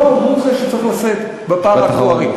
לא הוא שצריך לשאת בפער האקטוארי.